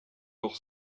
leur